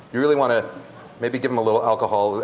you really want to maybe give them a little alcohol.